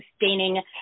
sustaining